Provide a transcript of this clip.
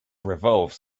revolves